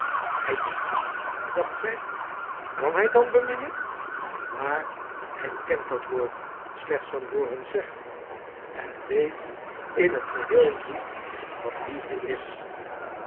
hij bemint dacht zij kan hij dan beminnen maar hij kent dat woord slechts van hooren zeggen en weet in het geheel niet wat liefde is